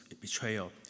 betrayal